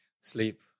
Sleep